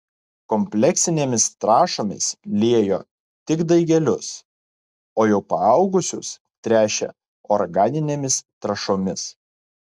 kompleksinėmis trąšomis liejo tik daigelius o jau paaugusius tręšė organinėmis trąšomis